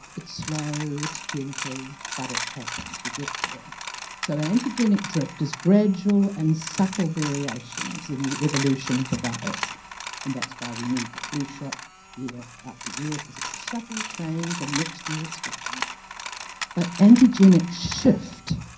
it's slow, it's gentle, but it happens, you get there so an antigenic drift is gradual and subtle variations in the evolution of the virus and that's why we need the flu shot year after year because it's a subtle change and next year it's different but antigenic shift,